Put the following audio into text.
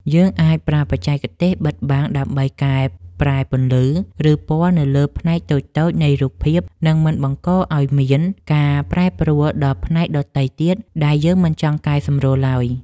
យើងអាចប្រើបច្ចេកទេសបិទបាំងដើម្បីកែប្រែពន្លឺ ឬពណ៌នៅលើផ្នែកតូចៗនៃរូបភាព និង មិនបង្កឱ្យមានការប្រែប្រួលដល់ផ្នែកដទៃទៀតដែលយើងមិនចង់កែសម្រួលឡើយ។